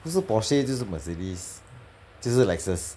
不是 porsche 就是 mercedes 就是 lexus